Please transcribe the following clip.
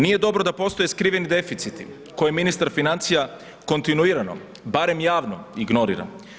Nije dobro da postoje skriveni deficiti koje ministar financija kontinuirano, barem javno, ignorira.